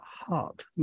heart